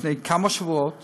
לפני כמה שבועות